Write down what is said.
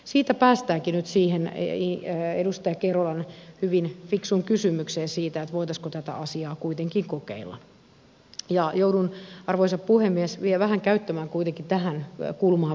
siitä päästäänkin nyt edustaja kerolan hyvin fiksuun kysymykseen siitä voitaisiinko tätä asiaa kuitenkin kokeilla ja joudun arvoisa puhemies vielä vähän käyttämään kuitenkin tähän kulmaan aikaa